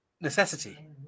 necessity